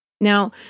Now